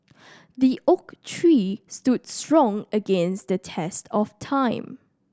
the oak tree stood strong against the test of time